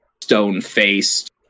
stone-faced